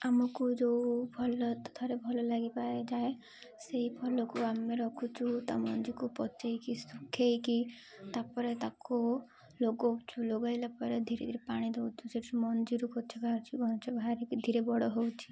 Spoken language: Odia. ଆମକୁ ଯେଉଁ ଭଲ ଥରେ ଭଲ ଲାଗିଯାଏ ସେଇ ଫଲକୁ ଆମେ ରଖୁଛୁ ତା' ମଞ୍ଜିକୁ ପଚେଇକି ଶୁଖେଇକି ତାପରେ ତାକୁ ଲଗଉଛୁ ଲଗାଇଲା ପରେ ଧୀରେ ଧୀରେ ପାଣି ଦେଉଛୁ ସେଠୁ ମଞ୍ଜିରୁ ଗଛ ବାହାରୁଛି ଗଛ ବାହାରିକି ଧୀରେ ବଡ଼ ହେଉଛି